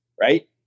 right